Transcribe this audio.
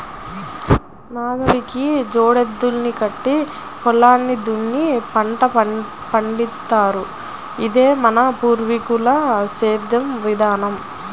నాగలికి జోడెద్దుల్ని కట్టి పొలాన్ని దున్ని పంట పండిత్తారు, ఇదే మన పూర్వీకుల సేద్దెం విధానం